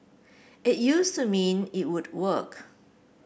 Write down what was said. it used to mean it would work